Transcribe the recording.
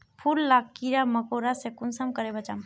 फूल लाक कीड़ा मकोड़ा से कुंसम करे बचाम?